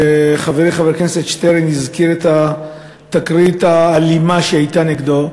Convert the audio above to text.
וחברי חבר הכנסת שטרן הזכיר את התקרית האלימה שהייתה נגדו.